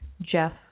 Jeff